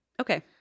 okay